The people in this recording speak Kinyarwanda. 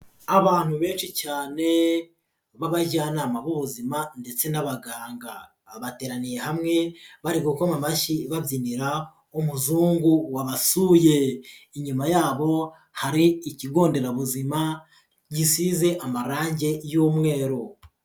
Abantu benshi cyane b'abajyanama b'ubuzima ndetse n'abaganga bateraniye hamwe, bari gukoma amashyi babyinira umuzungu wabasuye, inyuma yabo hari ikigo nderabuzima gisize amarange y'umweru.